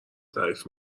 تعریف